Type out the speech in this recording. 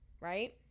right